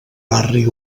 barri